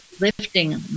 lifting